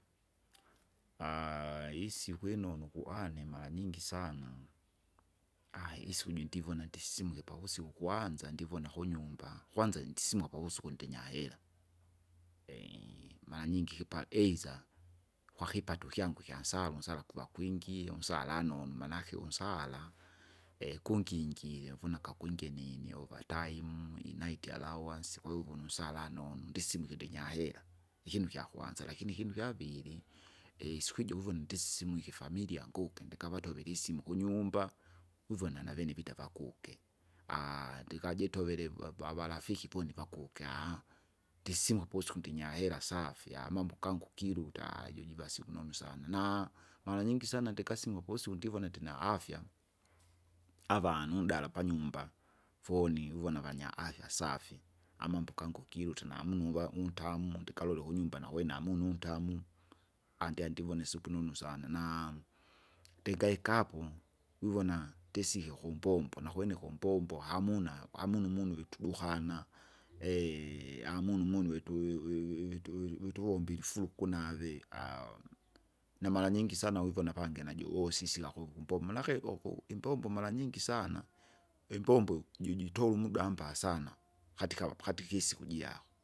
isiko inonu kuwane maranyingi sana, isiku juindivona ndisimuke pavusiku kwanza ndivona kunyumba, kwanza nditsimuka pavusuku ndinyahira. maranyingi ikipa eidha, kwakipato ikyangu ikyansara unsara kula kwingi, unsalano nonu, manake unsara, kungingilye uvuna kukugungye nini kwaivuna unsara nonu, ndisimuke ndinyahera, ikinu ikyakwanza, lakini ikinu ikyaviri, isiku ijo kwivona ndisisimwike ifamilia nguke ndikavatovere isimu kunyumba, kwivona navene vita vakuke. ndikajitovere va- varafiki voni vakuke. Ndisimwe posuku ndinyahera safi, amambo gangu giluta, jojiva sinionu sana, na maranyingi sana ndikasimuke posu ndivona ndina afya, aavanu undala panyumba, foni uvona vanya afya safi. Amambo gangu giluta namunyu va untamu, ndikalole kunyumba nawena namunu ntamu, andia ndivone supu nunu sana, naa, ndingaikapo vivona ndisike kumbombo, nakwene kumbombo hamuna, hamuna umunu vitudukana, hamuna umunu wetu- we- we- we- witu- witu uvombile nave, na maranyingi sana vivona apange najuwosisika kuvumbombo nake uku imbombo maranyingi sana, imbombo jojitola umuda ambaa sana, katika pakatika isiku jako.